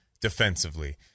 defensively